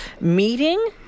meeting